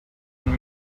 and